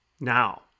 Now